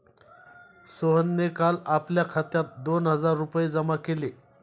सोहनने काल आपल्या खात्यात दोन हजार रुपये जमा केले